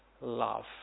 love